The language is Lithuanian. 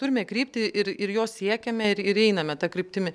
turime kryptį ir ir jos siekiame ir ir einame ta kryptimi